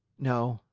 no,